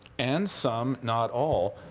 and some, not all,